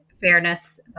fairness